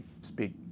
speak